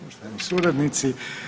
Poštovani suradnici.